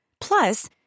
Plus